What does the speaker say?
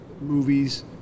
movies